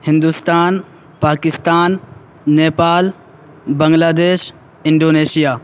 Hindustan Pakistan Nepal Bangladesh Indonesia